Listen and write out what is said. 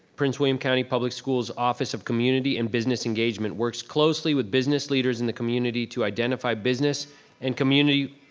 prince william county public schools office of community and business engagement works closely with the business leaders in the community to identify business and community